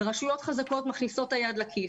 ורשויות חזקות מכניסות את היד לכיס,